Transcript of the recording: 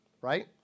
Right